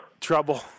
Trouble